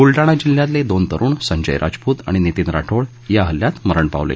बुलडाणा जिल्ह्यातले दोन तरुण संजय राजपूत आणि नितीन राठोड या हल्ल्यात मरण पावले